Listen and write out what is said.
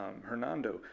Hernando